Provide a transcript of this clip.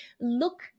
Look